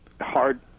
Hard